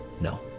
No